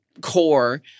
core